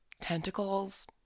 tentacles